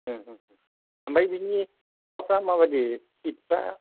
उम उम उम आमफ्राय बिनि माबायदि स्पिडफ्रा